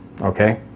okay